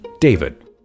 David